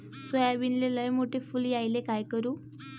सोयाबीनले लयमोठे फुल यायले काय करू?